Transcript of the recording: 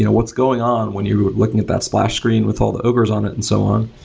you know what's going on when you're looking at that splash screen with all the ogres on it and so on,